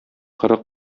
коры